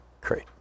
great